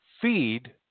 feed